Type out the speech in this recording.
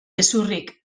gezurrik